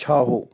چھاہو